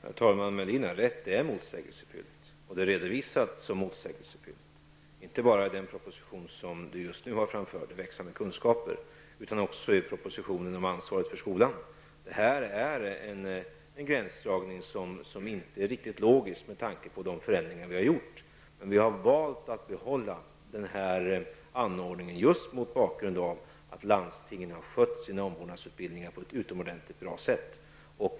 Herr talman! Ulf Melin har rätt. Det är motsägelsefullt. Det har också redovisats som motsägelsefullt, inte bara i den nu aktuella propositionen, Växa med kunskaper, utan även i propositionen om ansvaret för skolan. Gränsdragningen är inte riktigt logisk med tanke på de förändringar vi har gjort. Vi har dock valt att behålla denna anordning mot bakgrund av att landstingen har skött omvårdnadsutbildningen på ett mycket bra sätt.